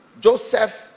Joseph